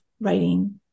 writing